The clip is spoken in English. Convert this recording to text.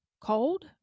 cold